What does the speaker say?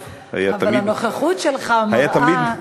אבל הנוכחות שלך מראה,